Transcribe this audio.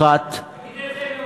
6.1%. תגיד את זה לעובדי "נגב טקסטיל".